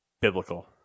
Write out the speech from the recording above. Biblical